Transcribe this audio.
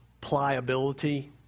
pliability